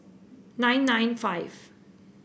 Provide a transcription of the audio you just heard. nine nine five